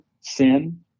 sin